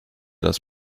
das